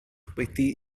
wedi